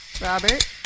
Robert